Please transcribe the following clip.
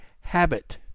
habit